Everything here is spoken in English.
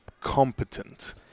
competent